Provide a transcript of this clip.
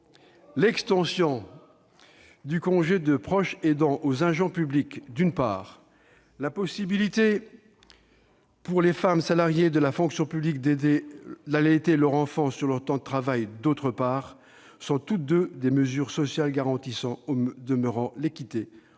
L'extension du congé de proche aidant aux agents publics, d'une part, la possibilité pour les femmes salariées de la fonction publique d'allaiter leur enfant pendant leur temps de travail, d'autre part, sont deux mesures sociales garantissant l'équité entre les